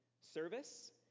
Service